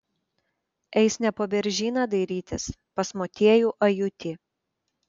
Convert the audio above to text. eis ne po beržyną dairytis pas motiejų ajutį